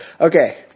Okay